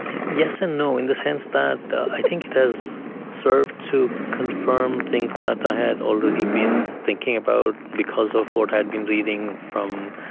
yes and no, in the sense that i think it has served to confirm things that i had already been thinking about because of what i had been reading from,